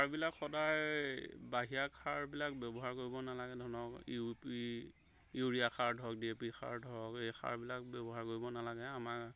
কথাবিলাক সদায় বাহিৰা খাৰবিলাক ব্যৱহাৰ কৰিব নালাগে ধৰক ইউ পি ইউৰিয়া খাৰ ধৰক ডি অ' পি খাৰ ধৰক এই খাৰবিলাক ব্যৱহাৰ কৰিব নালাগে আমাৰ